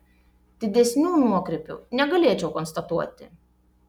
didesnių nuokrypių negalėčiau konstatuoti